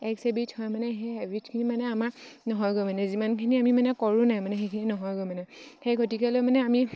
x habit হয় মানে সেই হেবিটখিনি মানে আমাৰ নহয়গৈ মানে যিমানখিনি আমি মানে কৰোঁ নাই মানে সেইখিনি নহয়গৈ মানে সেই গতিকেলৈ মানে আমি